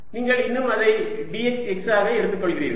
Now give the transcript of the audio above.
நீங்கள் இன்னும் அதை dx x ஆக எடுத்துக்கொள்கிறீர்கள்